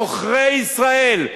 עוכרי ישראל,